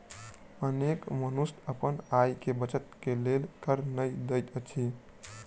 अनेक मनुष्य अपन आय के बचत के लेल कर नै दैत अछि